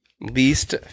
Least